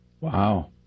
Wow